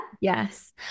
yes